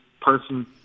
person